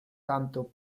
tanto